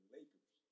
Lakers